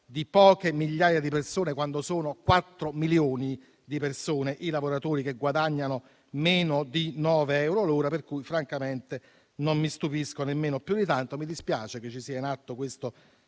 di poche migliaia di persone quando sono 4 milioni i lavoratori che guadagnano meno di 9 euro l'ora per cui francamente non mi stupisco nemmeno più di tanto. Mi dispiace che sia in atto questo